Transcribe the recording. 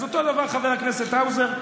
אז אותו הדבר חבר הכנסת האוזר,